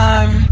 Time